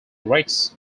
rex